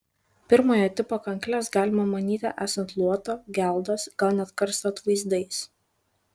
pirmojo tipo kankles galima manyti esant luoto geldos gal net karsto atvaizdais